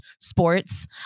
sports